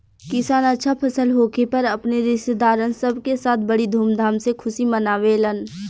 किसान अच्छा फसल होखे पर अपने रिस्तेदारन सब के साथ बड़ी धूमधाम से खुशी मनावेलन